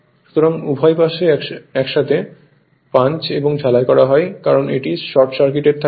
সুতরাং উভয় পাশেই একসাথে পাঞ্চ এবং ঝালাই করা হয় কারণ এটি শর্ট সার্কিট থাকে